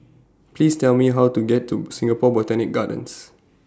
Please Tell Me How to get to Singapore Botanic Gardens